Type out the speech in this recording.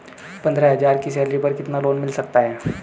पंद्रह हज़ार की सैलरी पर कितना लोन मिल सकता है?